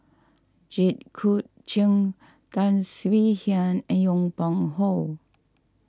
Jit Koon Ch'ng Tan Swie Hian and Yong Pung How